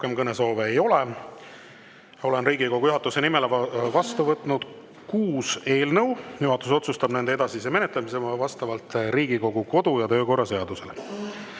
kõnesoove ei ole. Olen Riigikogu juhatuse nimel vastu võtnud kuus eelnõu. Juhatus otsustab nende edasise menetlemise vastavalt Riigikogu kodu‑ ja töökorra seadusele.